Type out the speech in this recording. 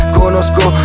conosco